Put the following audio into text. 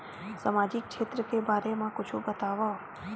सामाजिक क्षेत्र के बारे मा कुछु बतावव?